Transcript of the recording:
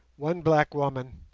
one black woman,